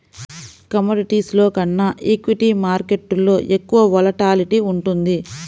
కమోడిటీస్లో కన్నా ఈక్విటీ మార్కెట్టులో ఎక్కువ వోలటాలిటీ ఉంటుంది